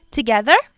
Together